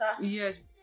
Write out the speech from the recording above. Yes